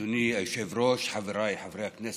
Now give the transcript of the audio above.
אדוני היושב-ראש, חבריי חברי הכנסת,